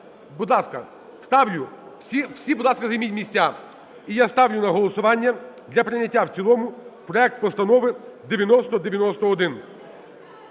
Будь ласка, ставлю. Всі, будь ласка, займіть місця. І я ставлю на голосування для прийняття в цілому проект Постанови 9091